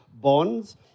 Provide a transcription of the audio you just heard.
bonds